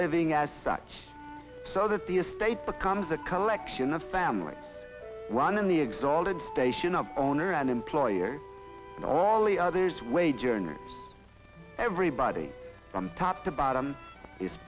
living as such so that the estate becomes a collection of families one in the exalted station of owner an employer all the others wage earners everybody from top to bottom is